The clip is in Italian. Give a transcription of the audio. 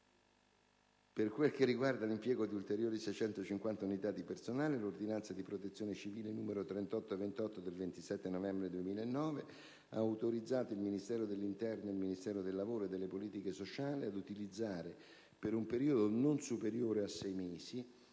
Per quel che riguarda l'impiego di ulteriori 650 unità di personale, l'ordinanza di protezione civile n. 3828 del 27 novembre 2009 ha autorizzato il Ministero dell'interno e il Ministero del lavoro e delle politiche sociali «ad utilizzare per un periodo non superiore a sei mesi,